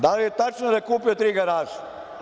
Da li je tačno da je kupio tri garaže?